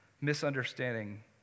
misunderstanding